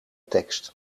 tekst